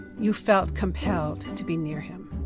you felt compelled to be near him